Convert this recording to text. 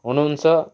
हुनुहुन्छ